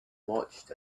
watched